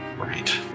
Right